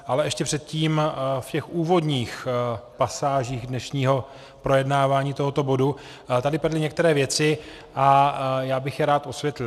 Ale ještě předtím v těch úvodních pasážích dnešního projednávání tohoto bodu tady padly některé věci a já bych je rád osvětlil.